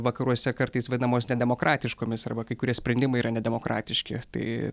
vakaruose kartais vadinamos nedemokratiškomis arba kai kurie sprendimai yra nedemokratiški tai